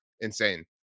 insane